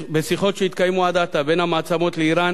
בשיחות שהתקיימו עד עתה בין המעצמות לבין